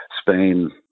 Spain